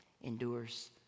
endures